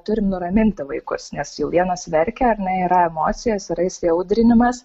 turim nuraminti vaikus nes jau vienas verkia ar ne yra emocijos yra įsiaudrinimas